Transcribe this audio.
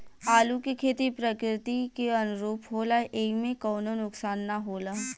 आलू के खेती प्रकृति के अनुरूप होला एइमे कवनो नुकसान ना होला